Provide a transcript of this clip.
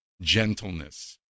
gentleness